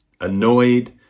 annoyed